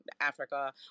africa